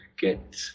get